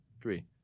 Three